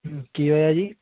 ਕੀ ਹੋਇਆ ਜੀ